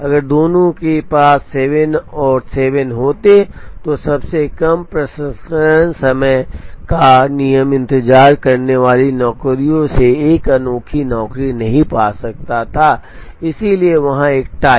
अगर दोनों के पास 7 और 7 होते तो सबसे कम प्रसंस्करण समय का नियम इंतजार करने वाली नौकरियों से एक अनोखी नौकरी नहीं पा सकता इसलिए वहाँ एक टाई